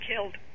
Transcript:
killed